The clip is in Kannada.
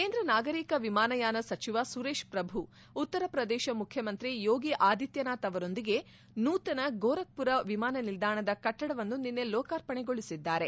ಕೇಂದ್ರ ನಾಗರಿಕ ವಿಮಾನಯಾನ ಸಚಿವ ಸುರೇಶ್ ಪ್ರಭು ಉತ್ತರ ಪ್ರದೇಶ ಮುಖ್ಯಮಂತ್ರಿ ಯೋಗಿ ಆದಿತ್ಯನಾಥ್ ಅವರೊಂದಿಗೆ ನೂತನ ಗೋರಖ್ ಪುರ ವಿಮಾನ ನಿಲ್ದಾಣದ ಕಟ್ಸಡವನ್ನು ನಿನ್ನೆ ಲೋಕಾರ್ಪಣೆಗೊಳಿಸಿದ್ದಾರೆ